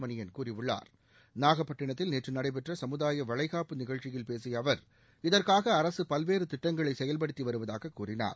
மணியன் கூறியுள்ளார் நாகப்பட்டிணத்தில் நேற்று நடைபெற்ற சமுதாய வளைகாப்பு நிகழ்ச்சியில் பேசிய அவர் இதற்காக அரசு பல்வேறு திட்டங்களை செயல்படுத்தி வருவதாக கூறினார்